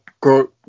go